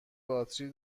باتری